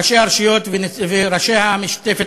ראשי הרשויות וראשי המשותפת,